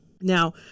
Now